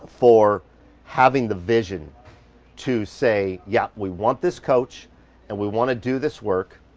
for having the vision to say, yeah we want this coach and we want to do this work.